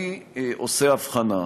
אני עושה הבחנה.